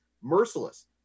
merciless